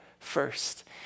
first